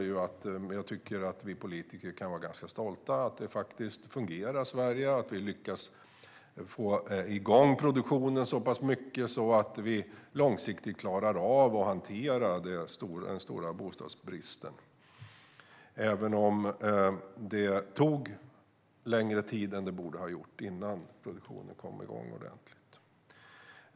Jag tycker att vi politiker kan vara ganska stolta över att det faktiskt fungerar i Sverige, att vi lyckats få igång produktionen så pass mycket att vi långsiktigt klarar av att hantera den stora bostadsbristen, även om det tog längre tid än vad det borde ha gjort innan produktionen kom igång ordentligt.